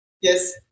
Yes